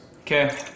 Okay